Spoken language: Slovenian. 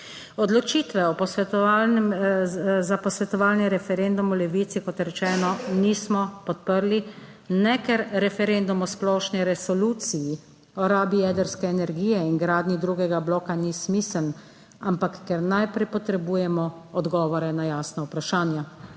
Odločitve za posvetovalni referendum v Levici, kot rečeno, nismo podprli, ne, ker referendum o splošni resoluciji o rabi jedrske energije in gradnji drugega bloka ni smiseln, ampak ker najprej potrebujemo odgovore na jasna vprašanja,